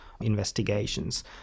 investigations